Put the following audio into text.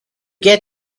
get